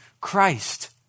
Christ